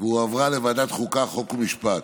והועברה לוועדת החוקה, חוק ומשפט.